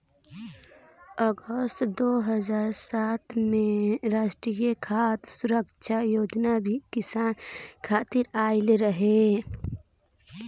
अगस्त दू हज़ार सात में राष्ट्रीय खाद्य सुरक्षा योजना भी किसान खातिर आइल रहे